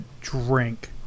drink